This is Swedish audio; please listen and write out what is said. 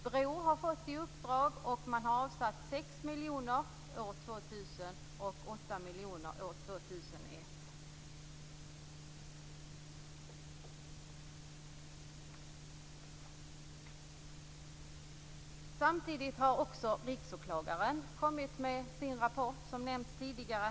BRÅ har fått uppdraget, och 6 miljoner kronor har avsatts för år 2000 och 8 miljoner kronor har avsatts för år 2001. Riksåklagaren har lagt fram sin rapport, vilket har nämnts tidigare.